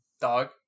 dog